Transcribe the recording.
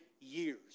years